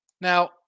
Now